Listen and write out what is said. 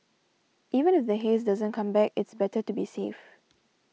even if the haze doesn't come back it's better to be safe